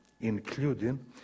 including